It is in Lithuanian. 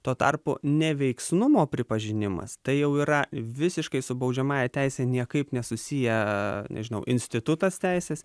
tuo tarpu neveiksnumo pripažinimas tai jau yra visiškai su baudžiamąja teise niekaip nesusiję nežinau institutas teisės